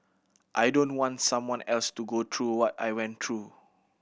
I don't want someone else to go through what I went through